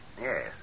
Yes